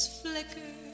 flicker